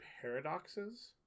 paradoxes